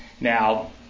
Now